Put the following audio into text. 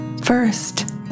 First